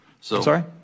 Sorry